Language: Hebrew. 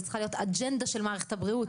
זו צריכה להיות האג'נדה של מערכת הבריאות.